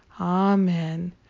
Amen